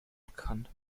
bekannt